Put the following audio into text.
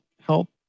help